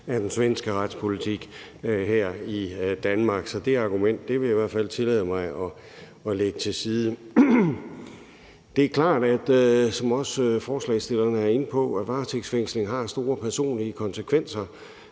af den svenske retspolitik her i Danmark. Så det argument vil jeg i hvert fald tillade mig at lægge til side. Det er klart, som også forslagsstillerne er inde på, at varetægtsfængsling har store personlige konsekvenser.